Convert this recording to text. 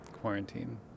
quarantine